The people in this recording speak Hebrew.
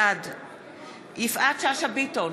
בעד יפעת שאשא ביטון,